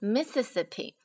Mississippi 。